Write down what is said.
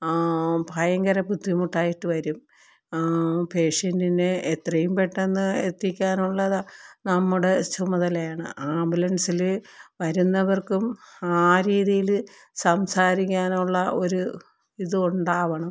ഭയങ്കര ബുദ്ധിമുട്ട് ആയിട്ട് വരും പേഷ്യന്റിനെ എത്രയും പെട്ടെന്ന് എത്തിക്കാനുള്ളത് നമ്മുടെ ചുമതലയാണ് ആംബുലൻസില് വരുന്നവർക്കും ആ രീതിയില് സംസാരിക്കാനുള്ള ഒരു ഇത് ഉണ്ടാവണം